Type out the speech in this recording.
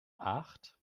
acht